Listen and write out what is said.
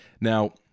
now